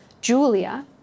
Julia